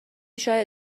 شاید